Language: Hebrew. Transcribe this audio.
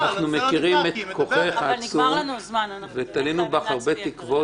אנחנו מכירים את כוחך העצום ותלינו בך הרבה תקוות